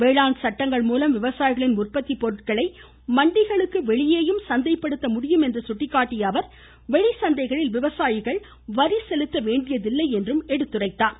வேளாண் சட்டங்கள் மூலம் விவசாயிகளின் உற்பத்தி பொருட்களை மண்டிகளுக்கு வெளியேயும் சந்தைப்படுத்த முடியும் என்று சுட்டிக்காட்டிய அவர் வெளிசந்தைகளில் விவசாயிகள் வரி வேண்டியதில்லை செலுத்த என்றும் சுட்டிக்காட்டினார்